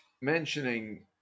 mentioning